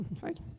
right